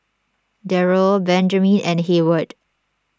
Derald Benjiman and Heyward